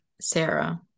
Sarah